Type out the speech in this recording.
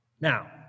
Now